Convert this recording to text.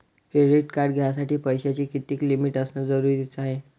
Credit card घ्यासाठी पैशाची कितीक लिमिट असनं जरुरीच हाय?